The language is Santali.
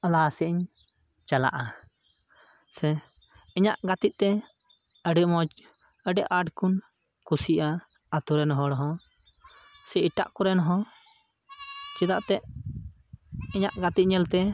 ᱞᱟᱦᱟ ᱥᱮᱫ ᱤᱧ ᱪᱟᱞᱟᱜᱼᱟ ᱥᱮ ᱤᱧᱟᱹᱜ ᱜᱟᱛᱤᱜᱛᱮ ᱟᱹᱰᱤ ᱢᱚᱡᱽ ᱟᱹᱰᱤ ᱟᱸᱴ ᱠᱩᱱ ᱠᱩᱥᱤᱭᱟᱜᱼᱟ ᱟᱹᱛᱩ ᱨᱮᱱ ᱦᱚᱲ ᱦᱚᱸ ᱥᱮ ᱮᱴᱟᱜ ᱠᱚᱨᱮᱱ ᱦᱚᱸ ᱪᱮᱫᱟᱜ ᱛᱮ ᱤᱧᱟᱹᱜ ᱜᱟᱛᱜ ᱧᱮᱞᱛᱮ